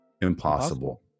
Impossible